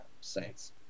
Saints